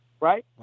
right